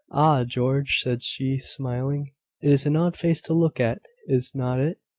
ah, george, said she, smiling it is an odd face to look at, is not it?